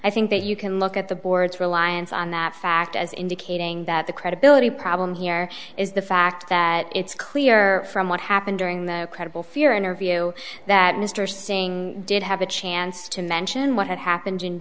i think that you can look at the board's reliance on that fact as indicating that the credibility problem here is the fact that it's clear from what happened during the credible fear interview that mr singh did have a chance to mention what had happened in